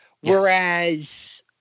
Whereas